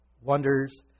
wonders